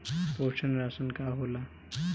पोषण राशन का होला?